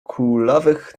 kulawych